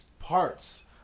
parts